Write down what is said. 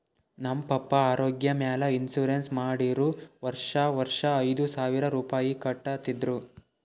ನಮ್ ಪಪ್ಪಾ ಆರೋಗ್ಯ ಮ್ಯಾಲ ಇನ್ಸೂರೆನ್ಸ್ ಮಾಡಿರು ವರ್ಷಾ ವರ್ಷಾ ಐಯ್ದ ಸಾವಿರ್ ರುಪಾಯಿ ಕಟ್ಟತಿದ್ರು